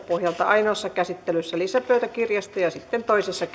pohjalta ainoassa käsittelyssä lisäpöytäkirjasta ja ja sitten toisessa